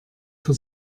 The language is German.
für